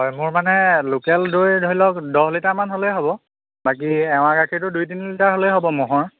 হয় মোৰ মানে লোকেল দৈ ধৰি লওক দহ লিটাৰমান হ'লে হ'ব বাকী এঁৱা গাখীৰটো দুই তিনি লিটাৰ হ'লে হ'ব ম'হৰ